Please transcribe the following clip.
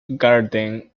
garden